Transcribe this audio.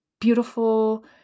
beautiful